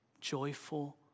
Joyful